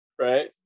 right